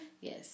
Yes